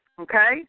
Okay